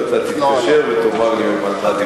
ואתה תתקשר ותאמר לי מה שדיברת.